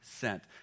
sent